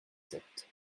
sept